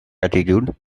attitude